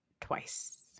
twice